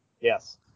Yes